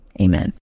amen